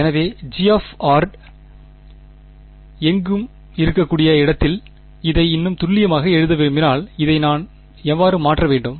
எனவே G எங்கும் இருக்கக்கூடிய இடத்தில் இதை இன்னும் துல்லியமாக எழுத விரும்பினால் இதை நான் எவ்வாறு மாற்ற வேண்டும்